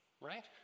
right